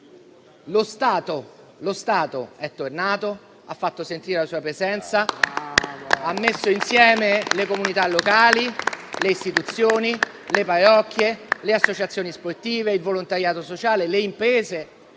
lo Stato è tornato, ha fatto sentire la sua presenza. Ha messo insieme le comunità locali, le istituzioni, le parrocchie, le associazioni sportive, il volontariato sociale, le imprese